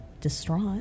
distraught